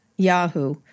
Yahoo